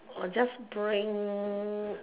or just bring